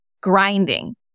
grinding